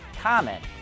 comment